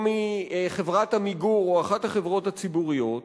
או מחברת "עמיגור", או מאחת החברות הציבוריות,